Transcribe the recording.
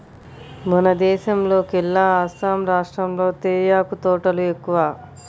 మన దేశంలోకెల్లా అస్సాం రాష్టంలో తేయాకు తోటలు ఎక్కువ